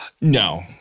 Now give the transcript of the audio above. No